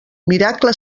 miracle